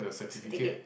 got sold ticket